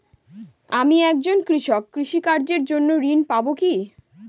আমি একজন কৃষক কৃষি কার্যের জন্য ঋণ পাব কি?